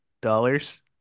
dollars